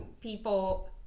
people